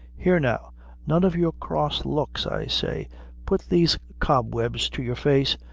here now none of your cross looks, i say put these cobwebs to your face,